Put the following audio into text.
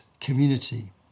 community